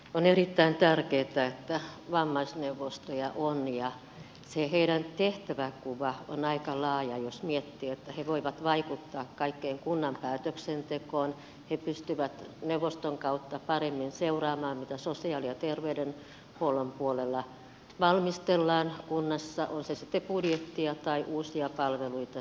on erittäin tärkeätä että vammaisneuvostoja on ja se heidän tehtävänkuvansa on aika laaja jos miettii että he voivat vaikuttaa kaikkeen kunnan päätöksentekoon he pystyvät neuvoston kautta paremmin seuraamaan mitä sosiaali ja terveydenhuollon puolella valmistellaan kunnassa on se sitten budjettia tai uusia palveluita tai toimintoja